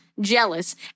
jealous